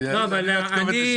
לא, אני